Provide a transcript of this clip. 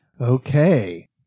Okay